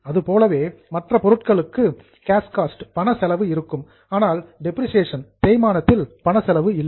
அதைப்போலவே மற்ற பொருட்களுக்கு கேஷ் காஸ்ட் பணச்செலவு இருக்கும் ஆனால் டெப்ரிசியேஷன் தேய்மானத்தில் பணச்செலவு இல்லை